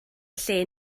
lle